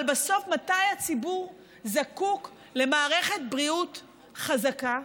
אבל בסוף מתי הציבור זקוק למערכת בריאות חזקה?